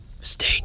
Stay